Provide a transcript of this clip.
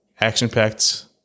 action-packed